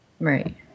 Right